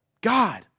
God